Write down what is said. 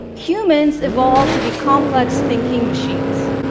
humans evolved to be complex thinking machines.